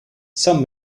some